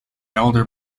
elder